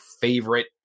favorite